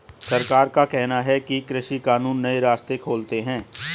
सरकार का कहना है कि कृषि कानून नए रास्ते खोलते है